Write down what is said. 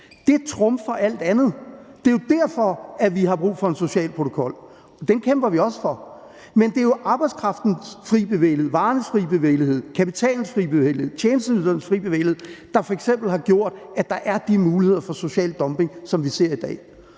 Det trumfer alt andet. Det er jo derfor, at vi har brug for en social protokol. Og den kæmper vi også for. Men det er jo arbejdskraftens fri bevægelighed, varernes fri bevægelighed, kapitalens fri bevægelighed, tjenesteydelsernes fri bevægelighed, der f.eks. har gjort, at der er de muligheder for social dumping, som vi ser i dag.